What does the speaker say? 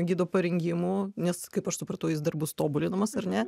gido parengimu nes kaip aš supratau jis dar bus tobulinamas ar ne